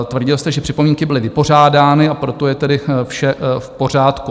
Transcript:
Tvrdil jste, že připomínky byly vypořádány, a proto je tedy vše v pořádku.